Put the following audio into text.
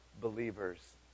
believers